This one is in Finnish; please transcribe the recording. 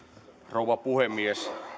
rouva puhemies